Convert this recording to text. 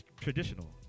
traditional